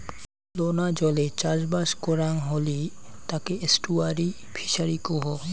লোনা জলে চাষবাস করাং হলি তাকে এস্টুয়ারই ফিসারী কুহ